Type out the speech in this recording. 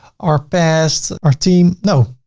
our past, our team. no.